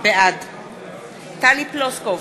בעד טלי פלוסקוב,